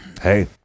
Hey